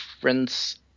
friends